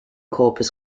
corpus